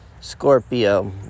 Scorpio